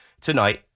tonight